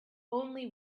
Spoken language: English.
only